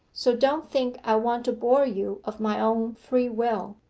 so don't think i want to bore you of my own free-will.